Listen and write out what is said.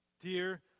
Dear